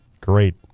great